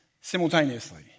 simultaneously